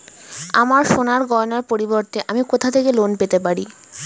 আমার সোনার গয়নার পরিবর্তে আমি কোথা থেকে লোন পেতে পারি?